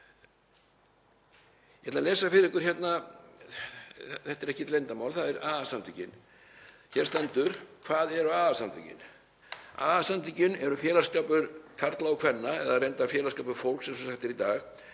Ég ætla að lesa fyrir ykkur hérna, þetta er ekkert leyndarmál, það er AA-samtökin. Hér stendur: Hvað eru AA-samtökin? AA-samtökin eru félagsskapur karla og kvenna, eða reyndar félagsskapur fólks eins og sagt er í dag,